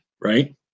right